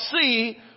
see